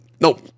nope